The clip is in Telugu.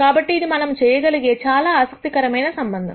కాబట్టి ఇది మనము చేయగలిగే చాలా ఆసక్తికరమైన సంబంధము